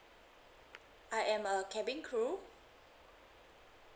I am a cabin crew